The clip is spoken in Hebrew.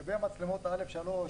לגבי מצלמות א'3,